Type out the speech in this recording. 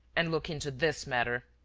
and look into this matter.